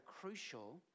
crucial